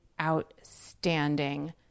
outstanding